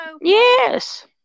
Yes